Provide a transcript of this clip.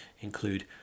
include